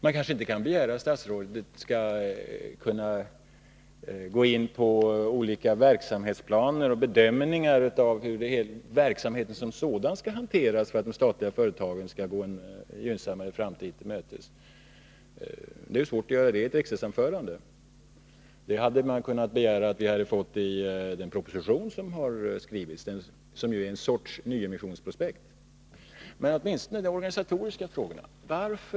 Man kanske inte kan begära att statsrådet skall gå in på olika verksamhetsplaner och bedömningar av hur verksamheten som sådan kan hanteras för att de statliga företagen skall gå en gynnsammare framtid till mötes — det är ju svårt att göra i ett riksdagsanförande. Men man hade kunnat begära att få dessa informationer i den proposition som skrivits, som ju är en sorts nyemissionsprospekt. Åtminstone de organisatoriska frågorna borde ha belysts.